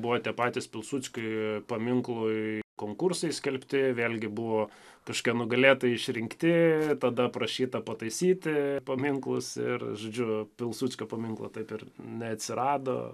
buvo tie patys pilsudskiui paminklui konkursai skelbti vėlgi kažkokie nugalėtojai išrinkti tada prašyta pataisyti paminklus ir žodžiu pilsudskio paminklo taip ir neatsirado